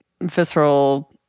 visceral